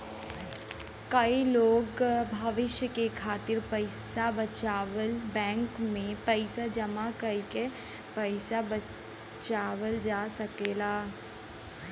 कई लोग भविष्य के खातिर पइसा बचावलन बैंक में पैसा जमा कइके पैसा बचावल जा सकल जाला